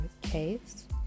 case